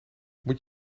moet